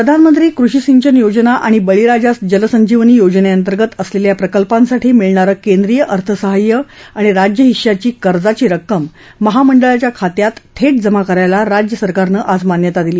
प्रधानमंत्री कृषी सिंचन योजना आणि बळीराजा जलसंजीवनी योजने अंतर्गत असलेल्या प्रकल्पांसाठी मिळणारं केंद्रीय अर्थसहाय्य आणि राज्यहिशाची कर्जाची रक्कम महामंडळाच्या खात्यात थेट जमा करायला राज्य सरकारनं आज मान्यता दिली